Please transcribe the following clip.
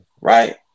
right